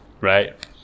Right